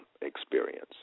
experience